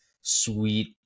sweet